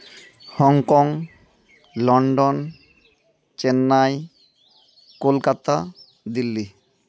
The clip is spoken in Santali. Hong Kong London Chennai Kolkata Delhi